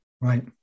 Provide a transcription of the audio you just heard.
Right